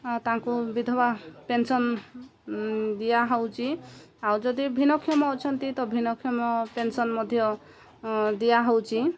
ତାଙ୍କୁ ବିଧବା ପେନ୍ସନ୍ ଦିଆହେଉଛି ଆଉ ଯଦି ଭିନ୍ନକ୍ଷମ ଅଛନ୍ତି ତ ଭିନ୍ନକ୍ଷମ ପେନ୍ସନ୍ ମଧ୍ୟ ଦିଆହେଉଛି